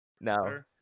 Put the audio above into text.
no